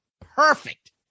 perfect